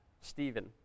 Stephen